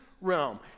realm